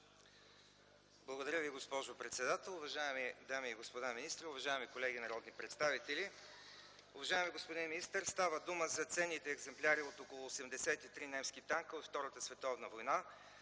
Благодаря Ви, госпожо председател. Уважаеми дами и господа министри, уважаеми колеги народни представители! Уважаеми господин министър, става дума за ценните екземпляри от около 83 немски танка от Втората световна война,